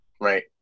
Right